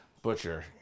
Butcher